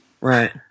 Right